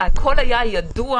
הכול היה ידוע,